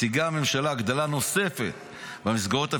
מציעה הממשלה הגדלה נוספת במסגרות הפיסקליות,